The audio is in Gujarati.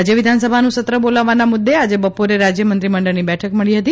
રાજ્ય વિધાનસભાનું સત્ર બોલાવવાના મુદ્દે આજે બપોરે રાજ્ય મંત્રીમંડળની બેઠક મળી હતી